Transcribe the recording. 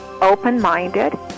open-minded